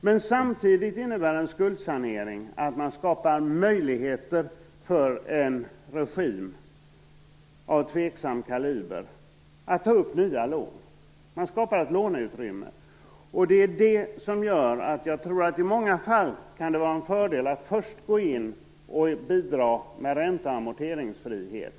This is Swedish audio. Men samtidigt innebär en skuldsanering att man skapar möjligheter för en regim av tveksam kaliber att ta upp nya lån. Man skapar ett låneutrymme. Det är det som gör att det i många fall kan vara en fördel att först gå in och bidra med ränte och amorteringsfrihet.